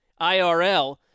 IRL